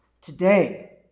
today